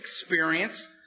experience